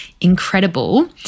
incredible